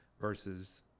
versus